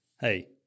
hey